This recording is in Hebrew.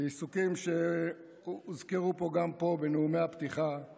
עיסוקים שהוזכרו פה גם בנאומי הפתיחה הם